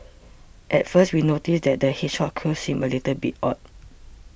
at first we noticed that the hedgehog's quills seemed a little bit odd